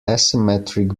asymmetric